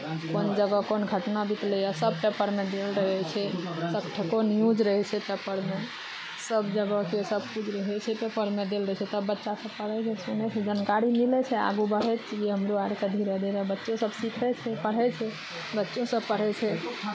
कोन जगह कोन घटना बितलैए सभ पेपरमे देल रहै छै सकठो न्यूज रहै छै पेपरमे सभ जगहके सभकिछु रहै छै पेपरमे देल रहै छै तब बच्चासभ पढ़ै छै सुनै छै जानकारी मिलै छै आगू बढ़ै छियै हमरो आरके धीरे धीरे बच्चोसभ सीखै छै पढ़ै छै बच्चोसभ पढ़ै छै